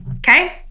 Okay